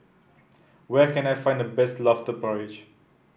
where can I find the best lobster porridge